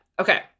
Okay